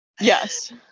Yes